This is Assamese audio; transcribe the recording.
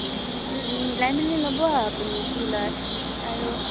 কি মিলাই মেলি ল'ব আৰু আপুনি কি লয় আৰু